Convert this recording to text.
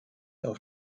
auf